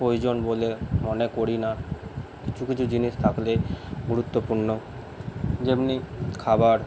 প্রয়োজন বলে মনে করি না কিছু কিছু জিনিস থাকলে গুরুত্বপূর্ণ যেমনি খাবার